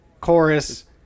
chorus